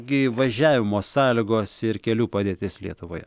gi važiavimo sąlygos ir kelių padėtis lietuvoje